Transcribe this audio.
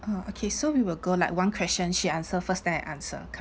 ah okay so we will go like one question she answer first then I answer